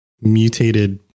mutated